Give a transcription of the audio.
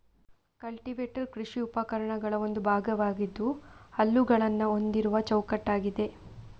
cultivator ಕೃಷಿ ಉಪಕರಣಗಳ ಒಂದು ಭಾಗವಾಗಿದ್ದು ಹಲ್ಲುಗಳನ್ನ ಹೊಂದಿರುವ ಚೌಕಟ್ಟಾಗಿದೆ